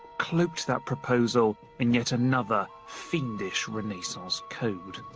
cloaked that proposal in yet another fiendish renaissance code.